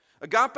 Agape